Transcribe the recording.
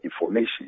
Information